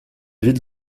ville